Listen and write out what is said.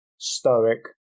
Stoic